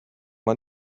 man